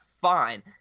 fine